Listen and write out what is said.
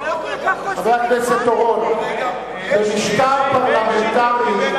חבר הכנסת אורון, במשטר פרלמנטרי,